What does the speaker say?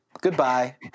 Goodbye